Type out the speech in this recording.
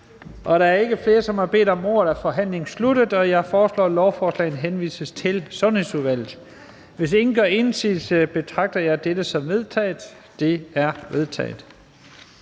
Da der ikke er flere, der har bedt om ordet, er forhandlingen sluttet. Jeg foreslår, at forslaget henvises til Retsudvalget. Hvis der ikke er nogen, der gør indsigelse, betragter jeg det som vedtaget. Det er vedtaget.